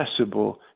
accessible